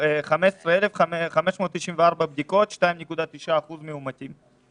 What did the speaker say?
באוקטובר 15,594 בדיקות, 2.9% מאומתים.